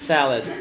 Salad